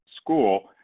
school